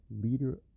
Leader